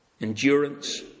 endurance